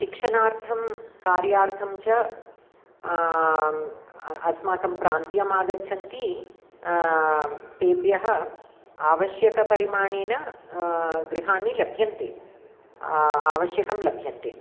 शिक्षणार्थं कार्यार्थं च अस्माकं प्रान्त्यमागच्छन्ति तेभ्यः आवश्यकपरिमाणेन गृहाणि लभ्यन्ते आवश्यकं लभ्यन्ते